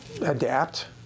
adapt